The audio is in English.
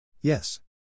Yes